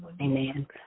Amen